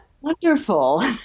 wonderful